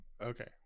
Okay